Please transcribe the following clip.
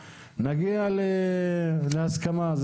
נגיע להסכמה.